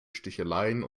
sticheleien